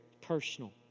personal